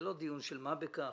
זה לא דיון של מה בכך.